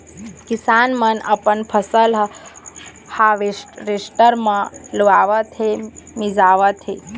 किसान मन अपन फसल ह हावरेस्टर म लुवावत हे, मिंजावत हे